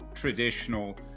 traditional